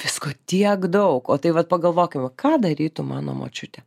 visko tiek daug o tai vat pagalvokim ką darytų mano močiutė